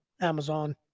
Amazon